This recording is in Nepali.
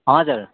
हजुर